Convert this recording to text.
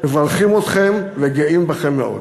מברכים אתכם וגאים בכם מאוד.